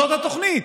זאת התוכנית,